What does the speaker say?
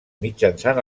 mitjançant